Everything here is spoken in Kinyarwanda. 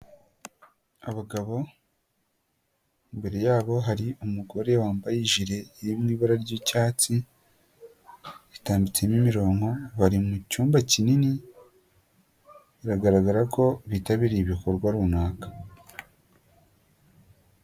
Abagabo imbere yabo hari umugore wambaye ijiiri iri mu ibara ry'icyatsi hambitsemo imirongonko bari mu cyumba kinini biragaragara ko bitabiriye ibikorwa runaka.